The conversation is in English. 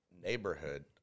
neighborhood